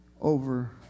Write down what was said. over